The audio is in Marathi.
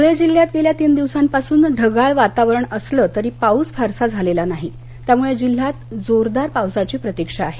धुळे जिल्ह्यात गेल्या तीन दिवसांपासून ढगाळ वातावरण असलं तरी पाऊस फारसा झाली नाही त्यामुळे जिल्ह्यात जोरदार पावसाची प्रतिक्षा आहे